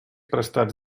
prestats